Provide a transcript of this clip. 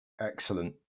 Excellent